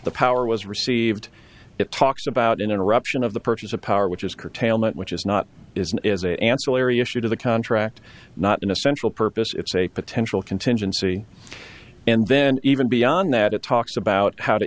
the power was received it talks about an interruption of the purchase of power which is curtailment which is not is an ancillary issue to the contract not an essential purpose it's a potential contingency and then even beyond that it talks about how to